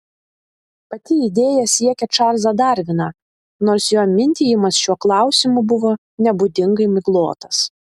pati idėja siekia čarlzą darviną nors jo mintijimas šiuo klausimu buvo nebūdingai miglotas